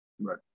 Right